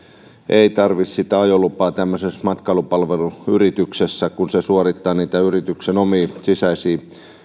ei tarvitse sitä ajolupaa tämmöisessä matkailupalveluyrityksessä kun hän suorittaa niitä yrityksen omia sisäisiä